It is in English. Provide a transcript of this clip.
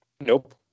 nope